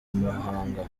muhanga